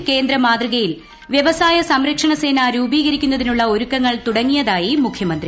കേരളത്തിൽ കേന്ദ്ര മാതൃകയിൽ വ്യവസായ സംരക്ഷണ സേന രൂപീകരിക്കുന്നതിനുള്ള ഒരുക്കങ്ങൾ തുടങ്ങിയതായി മുഖ്യമന്ത്രി